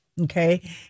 Okay